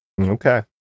Okay